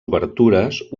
obertures